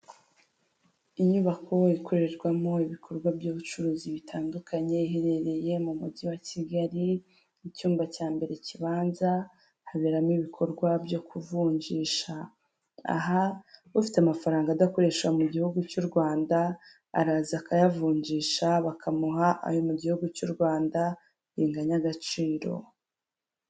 Inyubako ikorerwamo ibikorwa by'ubucuruzi bitandukanye iherereye mu mujyi wa Kigali, icyumba cya mbere kibanza haberamo ibikorwa byo kuvunjisha, aha ufite amafaranga adakoreshwa mu gihugu cy'u Rwanda araza akayavunjisha bakamuha ayo mu gihugu cy'u Rwanda biganya agaciro.